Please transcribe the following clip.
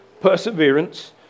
Perseverance